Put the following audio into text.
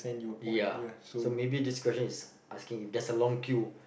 ya so maybe this question is asking if there's a long queue